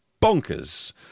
bonkers